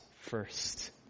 first